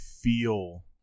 feel